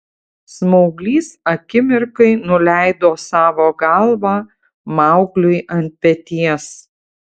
smauglys akimirkai nuleido savo galvą maugliui ant peties